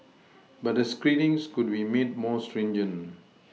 but the screenings could be made more stringent